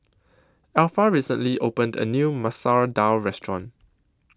Alpha recently opened A New Masoor Dal Restaurant